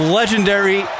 legendary